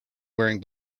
wearing